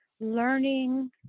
learning